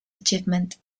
achievement